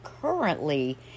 currently